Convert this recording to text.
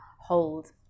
hold